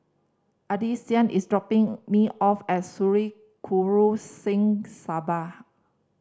Addisyn is dropping me off at Sri Guru Singh Sabha